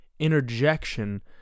interjection